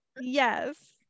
Yes